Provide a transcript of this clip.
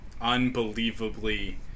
unbelievably